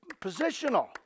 Positional